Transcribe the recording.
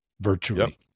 virtually